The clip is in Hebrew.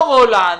או רולנד,